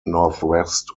northwest